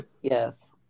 Yes